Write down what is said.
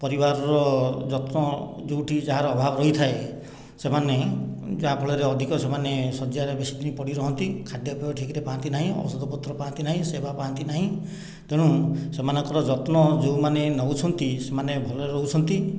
ପରିବାରର ଯତ୍ନ ଯେଉଁଠି ଯାହାର ଅଭାବ ରହିଥାଏ ସେମାନେ ଯାହାଫଳରେ ଅଧିକ ସେମାନେ ଶଯ୍ୟାରେ ବେଶିଦିନ ପଡ଼ିରହନ୍ତି ଖାଦ୍ୟପେୟ ଠିକ୍ରେ ପା'ନ୍ତିନାହିଁ ଔଷଧ ପତ୍ର ପା'ନ୍ତିନାହିଁ ସେବା ପାଆନ୍ତି ନାହିଁ ତେଣୁ ସେମାନଙ୍କ ଯତ୍ନ ଯେଉଁମାନେ ନେଉଛନ୍ତି ସେମାନେ ଭଲରେ ରହୁଛନ୍ତି